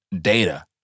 data